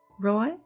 Roy